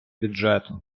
бюджету